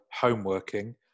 homeworking